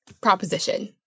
proposition